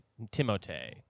timote